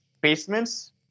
Basements